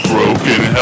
Broken